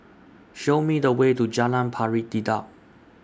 Show Me The Way to Jalan Pari Dedap